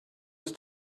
ist